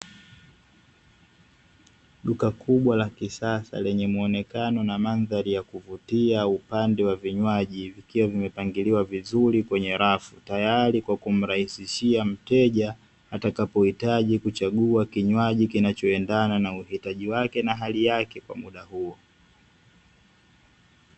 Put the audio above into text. Duka kubwa la kisasa lenye mwonekano na mandhari ya kuvutia, upande wa vinywaji, vikiwa vimepangiliwa vizuri kwenye rafu tayari kwa kumrahisishia mteja atakapohitaji kuchagua kinywaji kinachoendana na uhitaji wake na hali yake kwa muda huo.